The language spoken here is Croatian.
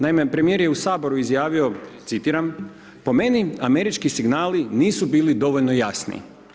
Naime, premijer je u HS izjavio, citiram: „po meni američki signali nisu bili dovoljno jasni“